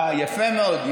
אה, יפה מאוד.